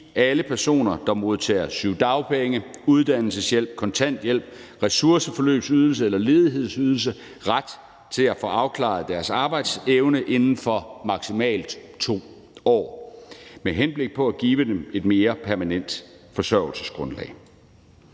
alle personer, der modtager sygedagpenge, uddannelseshjælp, kontanthjælp, ressourceforløbsydelse eller ledighedsydelse, ret til at få afklaret deres arbejdsevne inden for maksimalt 2 år med henblik på at give dem et mere permanent forsørgelsesgrundlag.